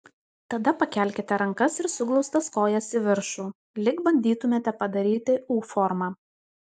tada pakelkite rankas ir suglaustas kojas į viršų lyg bandytumėte padaryti u formą